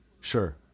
Sure